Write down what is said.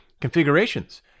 configurations